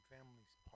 Families